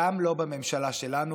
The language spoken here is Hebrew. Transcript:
גם לא בממשלה שלנו,